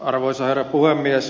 arvoisa herra puhemies